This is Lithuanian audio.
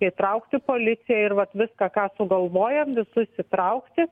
įtraukti policiją ir vat viską ką sugalvojam visus įtraukti